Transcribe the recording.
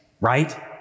right